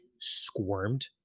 squirmed